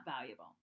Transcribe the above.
valuable